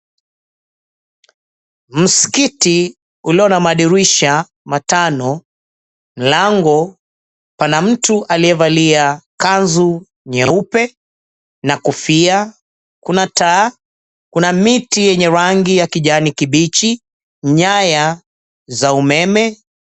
Mskiti ulio na madirisha matano, mlango pana, mtu aliyevalia kanzu nyeupe na kofia, kuna taa, kuna miti yenye rangi ya kijani kibichi, nyaya za umeme.